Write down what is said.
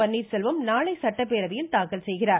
பன்னீர்செல்வம் நாளை சட்டப்பேரவையில் தாக்கல் செய்கிறார்